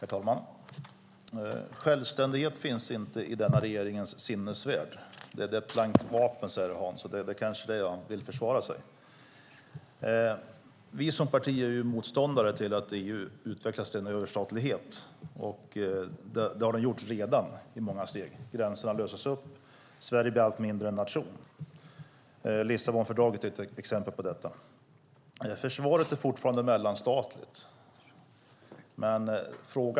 Herr talman! Självständighet finns inte i denna regerings sinnevärld. Det är ett blankt vapen, säger Hans. Det kanske det är. Han vill försvara sig. Vi är som parti motståndare till att EU utvecklas till en överstatlighet. Det har det redan gjort till stor del. Gränserna löses upp. Sverige blir allt mindre en nation. Lissabonfördraget är ett exempel på detta. Försvaret är fortfarande mellanstatligt.